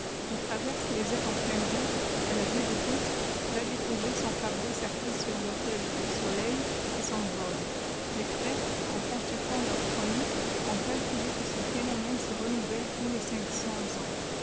il traverse les airs en plein jour à la vue de tous va déposer son fardeau sacré sur l'autel du soeil et s'envole les prêtres en consultant leurs chroniques ont calculé que ce phénomène se renouvelle tous les cinq cents ans